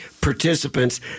participants